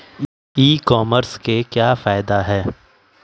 ई commerce के क्या फायदे हैं?